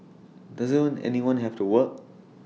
doesn't anyone have to work